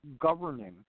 governing